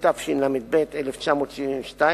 התשל"ב 1972,